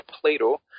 Plato